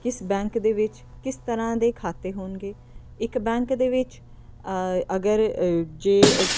ਕਿਸ ਬੈਂਕ ਦੇ ਵਿੱਚ ਕਿਸ ਤਰ੍ਹਾਂ ਦੇ ਖਾਤੇ ਹੋਣਗੇ ਇੱਕ ਬੈਂਕ ਦੇ ਵਿੱਚ ਅਗਰ ਜੇ